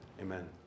Amen